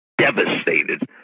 devastated